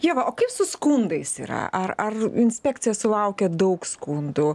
ieva o kaip su skundais yra ar ar inspekcija sulaukia daug skundų